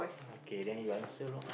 okay then you answer wrong